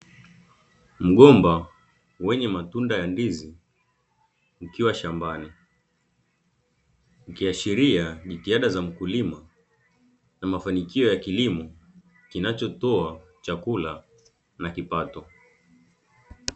Mgomba wenye matunda ya ndizi ukiwa shambani, ukiashiria jitihada za mkulima na mafanikio ya kilimo kinachotoa chakula na kipato.